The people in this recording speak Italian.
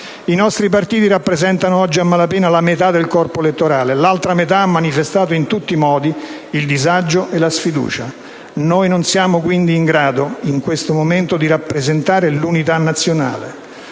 I nostri partiti rappresentano oggi a malapena la metà del corpo elettorale, l'altra metà ha manifestato in tutti i modi il disagio e la sfiducia. Noi non siamo quindi in grado, in questo momento, di rappresentare l'unità nazionale.